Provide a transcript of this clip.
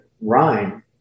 rhyme